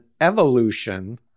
evolution